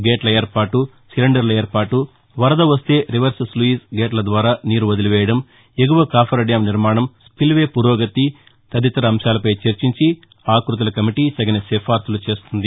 గేట్ల ఏర్పాటు సిలిండర్ల ఏర్పాటు వరద వస్తే రివర్స్ స్లూయిస్ గేట్ల ద్వారా నీరు వదిలి వేయడం ఎగువ కాఫర్ డ్యాం నిర్మాణం స్పిల్ వే ఫురోగతి తదితర అంశాలపై చర్చించి ఆకృతుల కమిటీ తగిన సిఫార్సులు చేస్తుంది